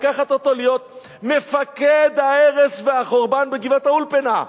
לקחת אותו להיות מפקד ההרס והחורבן בגבעת-האולפנה.